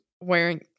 wearing